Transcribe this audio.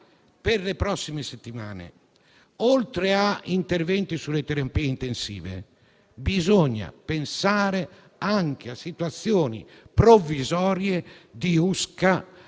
per le prossime settimane, oltre a interventi sulle terapie intensive, bisognerà pensare anche a situazioni provvisorie di USCA nel